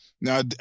Now